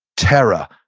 terror,